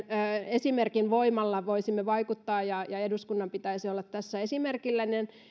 esimerkin voimalla voisimme vaikuttaa ja ja eduskunnan pitäisi olla tässä esimerkillinen